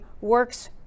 works